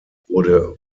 wurde